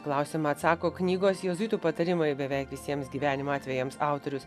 klausimą atsako knygos jėzuitų patarimai beveik visiems gyvenimo atvejams autorius